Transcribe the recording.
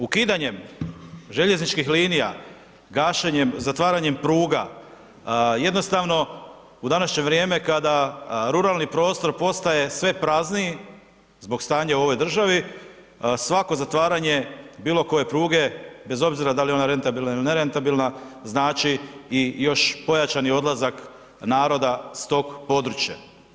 Ukidanjem željezničkih linija, gašenjem, zatvaranjem pruga jednostavno u današnje vrijeme kada ruralni prostor postaje sve prazniji zbog stanja u ovoj državi, svako zatvaranje bilo koje pruge, bez obzira da li je ona rentabilna ili nerentabilna znači i još pojačani odlazak naroda s tog područja.